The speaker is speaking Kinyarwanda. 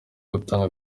gutanga